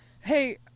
hey